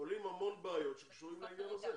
עולות המון בעיות שקשורות לעניין הזה.